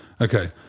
Okay